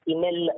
Email